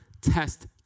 test